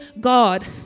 God